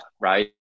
right